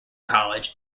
college